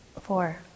Four